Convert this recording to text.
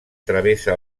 travessa